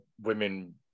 women